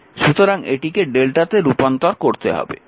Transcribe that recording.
সুতরাং এটিকে Δ তে রূপান্তর করতে হবে